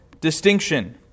distinction